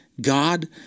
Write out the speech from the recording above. God